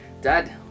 Dad